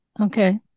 Okay